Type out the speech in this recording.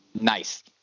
Nice